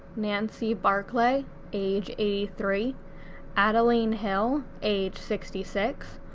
nancy barclay age eighty three adeline hill age sixty six,